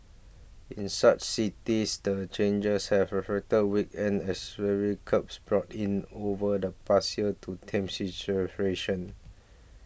in such cities the changes have weakened as curbs brought in over the past year to tame